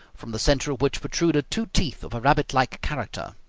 from the centre of which protruded two teeth of a rabbit-like character.